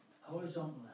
horizontal